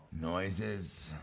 noises